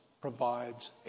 provides